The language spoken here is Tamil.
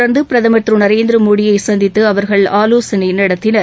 தொடர்ந்து பிரதமர் திரு நரேந்திரமோடியை சந்தித்து அவர்கள் ஆலோசனை நடத்தினர்